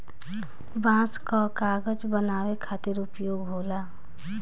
बांस कअ कागज बनावे खातिर उपयोग होला